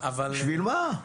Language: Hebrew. בשביל מה?